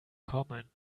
kommen